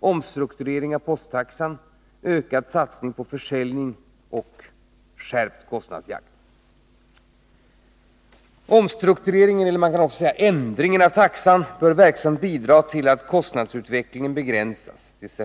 omstrukturering av posttaxan, ökad satsning på försäljning och skärpt kostnadsjakt. Omstruktureringen — man kan också säga ändringen — av taxan bör verksamt bidra till att kostnadsutvecklingen begränsas.